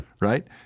right